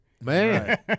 Man